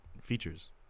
features